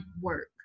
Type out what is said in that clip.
work